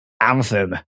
Anthem